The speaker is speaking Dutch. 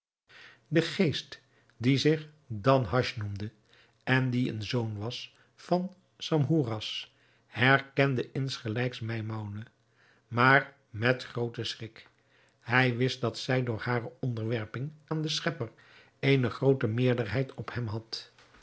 de geest die zich danhasch noemde en die een zoon was van schamhouras herkende ingelijks maimoune maar met grooten schrik hij wist dat zij door hare onderwerping aan den schepper eene groote meerderheid op hem had